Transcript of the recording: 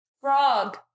Frog